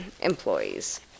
employees